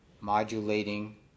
Modulating